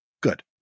Good